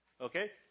Okay